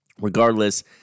regardless